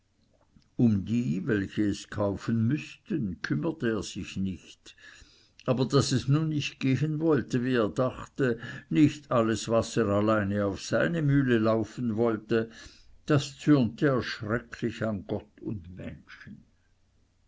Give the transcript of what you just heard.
um die welche es kaufen müßten kümmerte er sich nicht aber daß es nun nicht gehen wollte wie er dachte nicht alles wasser alleine auf seine mühle laufen wollte das zürnte er schrecklich an gott und menschen